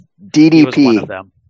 DDP